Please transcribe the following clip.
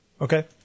okay